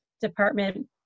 department